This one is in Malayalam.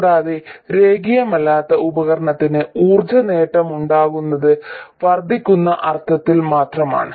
കൂടാതെ രേഖീയമല്ലാത്ത ഉപകരണത്തിന് ഊർജ്ജ നേട്ടമുണ്ടാകുമെന്നത് വർദ്ധിക്കുന്ന അർത്ഥത്തിൽ മാത്രമാണ്